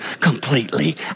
completely